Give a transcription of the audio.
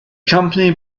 company